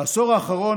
בעשור האחרון,